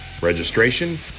Registration